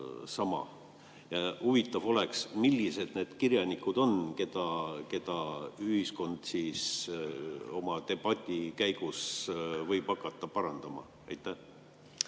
Huvitav oleks teada, millised on need kirjanikud, keda ühiskond oma debati käigus võib hakata parandama. Aitäh,